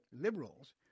Liberals